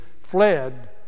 fled